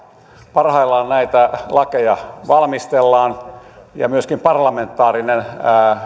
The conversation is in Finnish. parhaillaan näitä lakeja valmistellaan ja myöskin parlamentaarinen